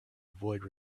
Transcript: avoid